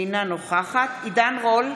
אינה נוכחת עידן רול,